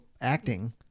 acting